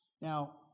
Now